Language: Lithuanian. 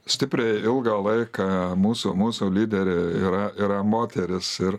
stipriai ilgą laiką mūsų mūsų lyderė yra yra moteris ir